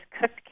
cooked